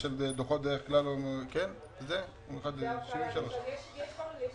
לדבר- -- יש כל מיני.